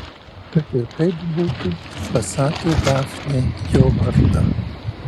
kad ir kaip būtų pasakė dafnei jo vardą